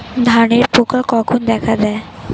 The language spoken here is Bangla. ধানের পোকা কখন দেখা দেয়?